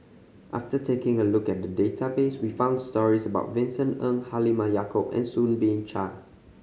after taking a look at the database we found stories about Vincent Ng Halimah Yacob and Soo Bin Chua